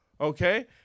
Okay